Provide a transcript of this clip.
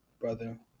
brother